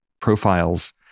profiles